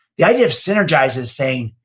the idea of synergize is saying,